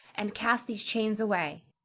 and cast these chains away.